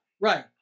Right